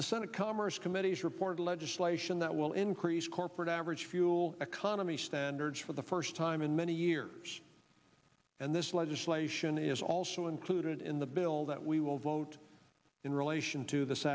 the senate commerce committee has reported legislation that will increase corporate average fuel economy standards for the first time in many years and this legislation is also included in the bill that we will vote in relation t